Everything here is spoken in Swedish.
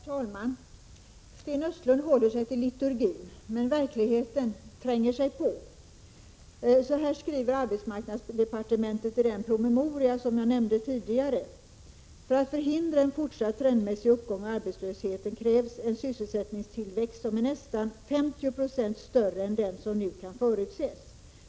Herr talman! Sten Östlund håller sig till liturgin, men verkligheten tränger sig på. Så här skriver arbetsmarknadsdepartementet i den promemoria som jag nämnde tidigare: ”För att förhindra en fortsatt trendmässig uppgång av arbetslösheten krävs en sysselsättningstillväxt som är nästan 50 procent större än den som nu kan förutses.